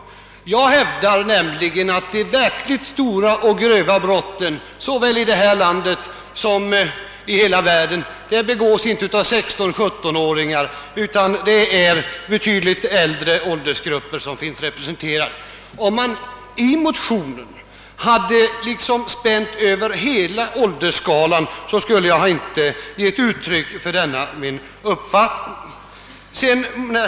Jag hävdar att de verkligt stora och grova brotten såväl här i landet som i världen för övrigt inte begås av 16—17-åringar, utan av betydligt äldre åldersgrupper. Om man i motionen hade spänt över hela åldersskalan, skulle jag inte ha gett uttryck för den nämnda uppfattningen.